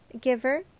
Giver